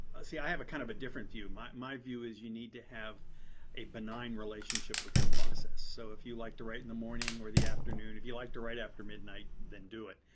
see, i have kind of a different view. my my view is you need to have a benign relationship with your process. so, if you like to write in the morning, or the afternoon, if you like to write after midnight, then do it.